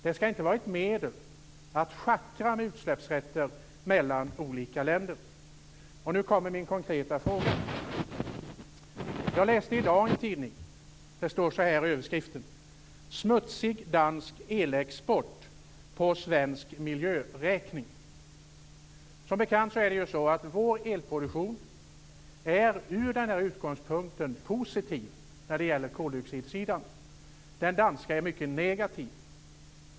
Den skall inte vara ett medel att schackra med utsläppsrätter mellan olika länder. Nu kommer min konkreta fråga. Jag läste följande överskrift i en tidning: Smutsig dansk elexport på svensk miljöräkning. Som bekant är vår elproduktion med den utgångspunkten positiv på koldioxidsidan. Den danska är mycket negativ.